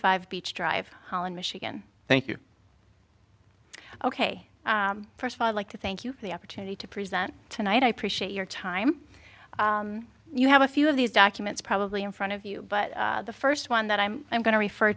five beach dr holland michigan thank you ok first of all like to thank you for the opportunity to present tonight i appreciate your time you have a few of these documents probably in front of you but the first one that i'm i'm going to refer